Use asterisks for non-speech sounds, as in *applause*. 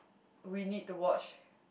we need to watch *breath*